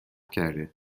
کرده